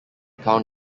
town